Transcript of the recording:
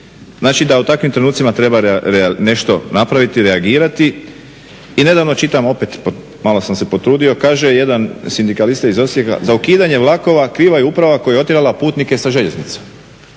Znači da u takvim trenucima treba nešto napraviti, reagirati. I nedavno čitam opet, malo sam se potrudio, kaže jedan sindikalista iz Osijeka za ukidanje vlakova kriva je uprava koja je otjerala putnike sa željeznica.